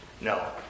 No